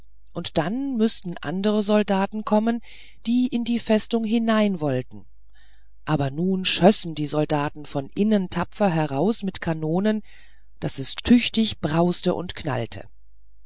und dann müßten andere soldaten kommen die in die festung hineinwollten aber nun schössen die soldaten von innen tapfer heraus mit kanonen daß es tüchtig brauste und knallte